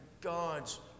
God's